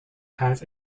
has